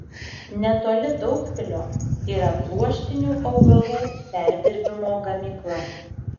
netoli daugpilio yra pluoštinių augalų perdirbimo gamykla